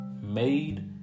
made